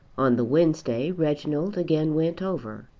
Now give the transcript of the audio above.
on the wednesday reginald again went over,